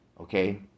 okay